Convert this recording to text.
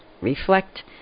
reflect